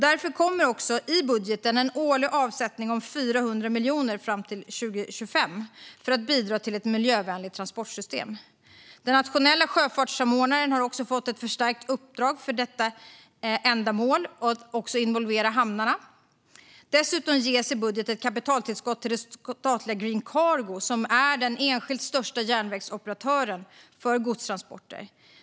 Därför kommer också i budgeten en årlig avsättning om 400 miljoner fram till 2025 för att bidra till ett miljövänligt transportsystem. Den nationella sjöfartssamordnaren har också fått ett förstärkt uppdrag för detta ändamål, vilket involverar hamnarna. Dessutom ges i budgeten ett kapitaltillskott till det statliga Green Cargo, som är den enskilt största järnvägsoperatören för godstransporter.